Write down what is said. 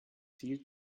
viel